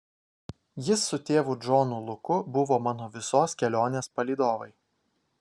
jis su tėvu džonu luku buvo mano visos kelionės palydovai